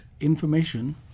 information